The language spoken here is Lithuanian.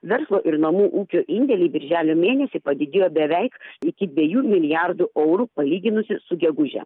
verslo ir namų ūkių indėliai birželio mėnesį padidėjo beveik iki dviejų milijardų eurų palyginus su geguže